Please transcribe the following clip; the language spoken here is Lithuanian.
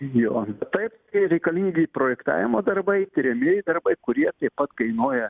jo taip ir reikalingi projektavimo darbai tiriamieji darbai kurie taip pat kainuoja